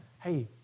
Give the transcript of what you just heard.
Hey